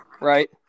Right